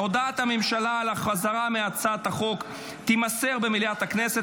הודעת הממשלה על החזרה מהצעת החוק תימסר במליאת הכנסת,